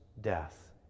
death